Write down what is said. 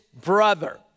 brother